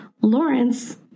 Lawrence